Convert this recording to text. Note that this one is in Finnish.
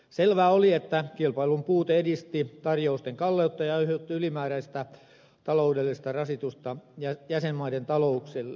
selvää oli että kilpailun puute edisti tarjousten kalleutta ja aiheutti ylimääräistä taloudellista rasitusta jäsenmaiden talouksille